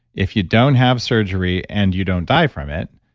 if you don't have surgery and you don't die from it,